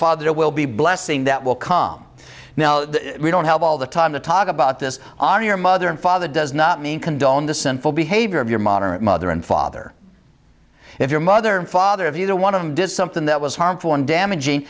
father it will be a blessing that will calm now we don't have all the time to talk about this on your mother and father does not mean condone the sinful behavior of your modern mother and father if your mother and father of you to one of them does something that was harmful and damaging